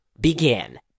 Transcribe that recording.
Begin